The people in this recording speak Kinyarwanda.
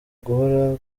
gahoro